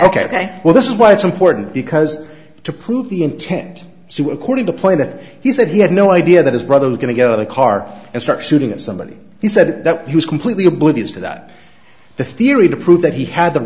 f well this is why it's important because to prove the intent to according to plan that he said he had no idea that his brother was going to get out of the car and start shooting at somebody he said that he was completely oblivious to that the theory to prove that he had the